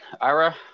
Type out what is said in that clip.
Ira